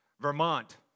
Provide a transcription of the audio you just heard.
Vermont